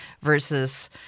versus